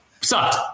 sucked